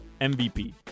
MVP